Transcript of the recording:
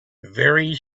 very